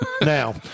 Now